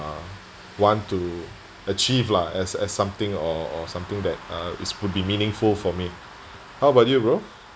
uh want to achieve lah as as something or or something that uh it's would be meaningful for me how about you bro